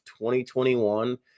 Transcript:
2021